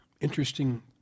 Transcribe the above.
interesting